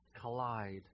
collide